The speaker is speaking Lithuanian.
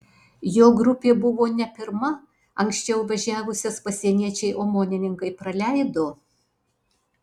jo grupė buvo ne pirma anksčiau važiavusias pasieniečiai omonininkai praleido